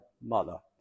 mother